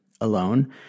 alone